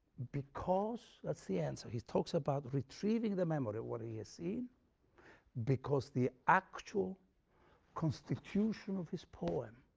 because that's the answer, he talks about retrieving the memory of what he has seen because the actual constitution of his poem,